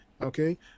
okay